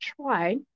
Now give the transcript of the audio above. try